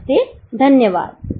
नमस्ते धन्यवाद